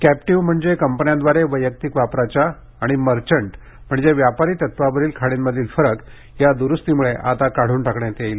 captive म्हणजे कंपन्यांद्वारे वैयक्तिक वापराच्या आणि मर्चंट म्हणजे व्यापारी तत्वावरील खाणींमधील फरक या दुरूस्तीमुळे आता काढून टाकण्यात येईल